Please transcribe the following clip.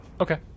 Okay